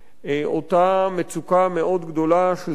אותה מצוקה מאוד גדולה של סטודנטים,